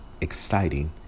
exciting